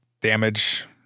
damage